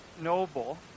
noble